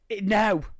No